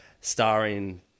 starring